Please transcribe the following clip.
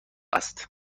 است